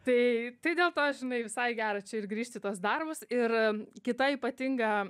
taip tai dėl to žinai visai gera čia ir grįžt į tuos darbus ir kita ypatinga